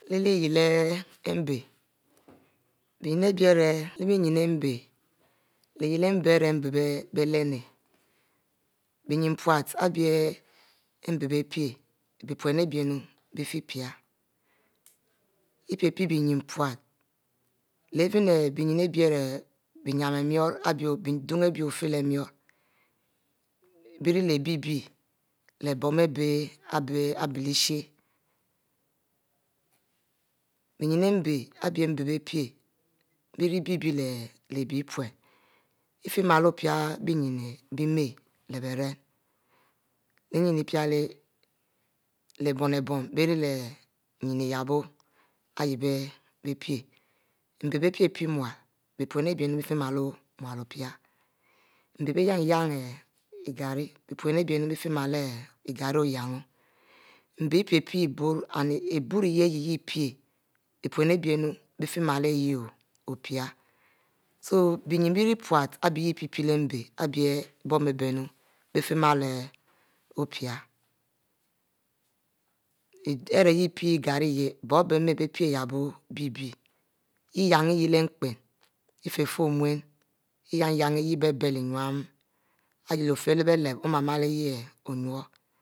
leh yieh mbe bie nyia ari bic mbe biclen o nyin riturr ari bic mbe leh mbe bic nyin pute ari bic mbe biepie bic pune ari bic no bic fie pie yah pie-pie bic nyin pute leh even ari bie nyiam onnu leh ari bidum ari bic fiele muro bie ric leh bie-bie leh bon ari bie lyiehshe bie nyin ari bic bie mbe bic pie bie rie bie-bie leh pune ofie melelo pie bic nyin bie ma leh beren leh innu pie-leh bom-bom bic ne leh iyahbo ari bic pic mbe bic pic-pie nalele be pun ari bic nu bie fie lo opie mbe bie yann-yann i garri bie pun ari bie nu bie fie lamlo opie igrairri oyann-yann mbe ipie-pie iboro and iboro ari yeh pie bepun ari bie nu bife fie mielo opie so bie nyin pute pie pie leh mbe ari bie bom ari bie fiemole opic ari yeh pie igarri yeh bom ari bie pie yahno bie yah ihieh leh npin ifie-fieh omi iyann ari hieh ibie innu ayah ofie leh bic lep yeh ownu